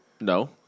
No